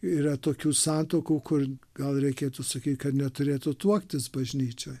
yra tokių santuokų kur gal reikėtų sakyt kad neturėtų tuoktis bažnyčioj